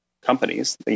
companies